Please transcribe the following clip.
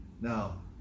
Now